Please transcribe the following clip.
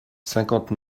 cinquante